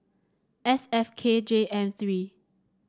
S F K J M three